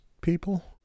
people